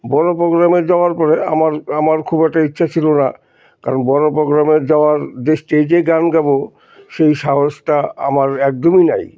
বড়ো প্রোগ্রামে যাওয়ার পরে আমার আমার খুব একটা ইচ্ছা ছিল না কারণ বড়ো পোগ্রামে যাওয়ার যে স্টেজে গান গাইবো সেই সাহসটা আমার একদমই নাই